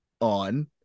on